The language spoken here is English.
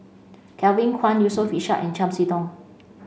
Kevin Kwan Yusof Ishak and Chiam See Tong